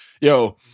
yo